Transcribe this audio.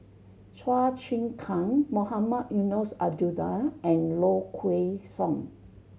Chua Chim Kang Mohamed Eunos Abdullah and Low Kway Song